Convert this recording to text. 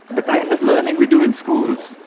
the kind of learning we do in schools,